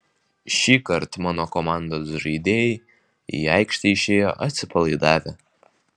šįkart mano komandos žaidėjai į aikštę išėjo atsipalaidavę